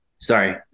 sorry